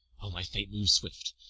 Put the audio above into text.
o, my fate moves swift!